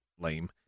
lame